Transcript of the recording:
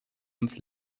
uns